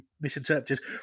misinterpreted